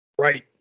Right